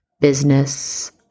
business